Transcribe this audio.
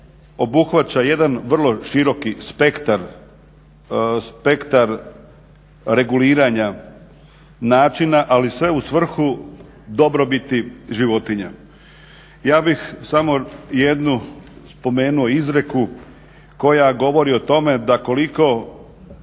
obuhvaća jedan vrlo široki spektar reguliranja načina, ali sve u svrhu dobrobiti životinja. Ja bih samo jednu spomenuo izreku koja govori o tome da koliko